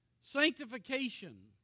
Sanctification